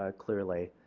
ah clearly.